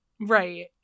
Right